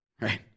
right